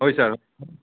হয় ছাৰ